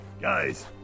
Guys